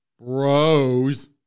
Bros